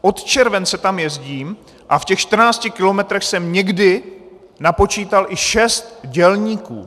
Od července tam jezdím, a v těch čtrnácti kilometrech jsem někdy napočítal i šest dělníků.